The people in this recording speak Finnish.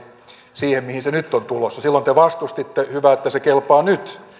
siihen mihin se nyt on tulossa silloin te vastustitte hyvä että se kelpaa nyt